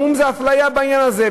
ואנחנו אומרים שיש אפליה בעניין הזה.